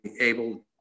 able